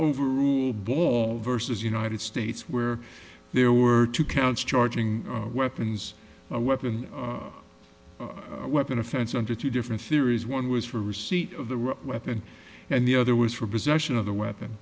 overrule ball versus united states where there were two counts charging weapons a weapon a weapon offense under two different theories one was for receipt of the weapon and the other was for possession of the weapon